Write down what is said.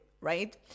right